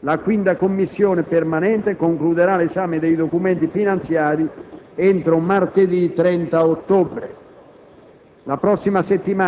la 5a Commissione permanente concluderà l'esame dei documenti finanziari entro martedì 30 ottobre.